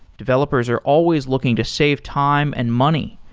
developers are always looking to save time and money,